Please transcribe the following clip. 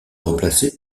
remplacées